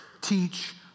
teach